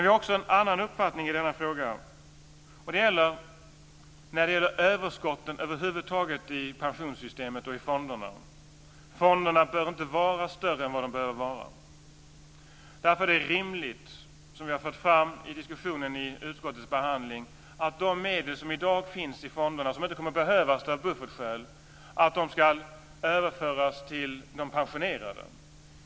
Vi har också en annan uppfattning i denna fråga. Det gäller överskotten över huvud taget i pensionssystemet och i fonderna. Fonderna bör inte vara större än vad de behöver vara. Därför är det rimligt, som vi har fört fram i diskussionen i utskottets behandling, att de medel som i dag finns i fonderna och som inte kommer att behövas av buffertskäl ska överföras till de pensionerade.